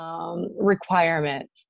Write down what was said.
requirement